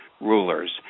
rulers